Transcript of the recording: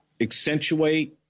accentuate